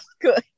good